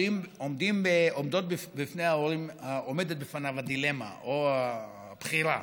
עומדת בפני ההורים הדילמה או הבחירה